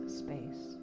space